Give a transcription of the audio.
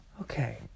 Okay